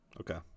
Okay